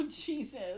Jesus